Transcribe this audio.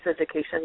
education